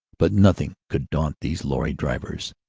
but nothing could daunt these lorry-drivers,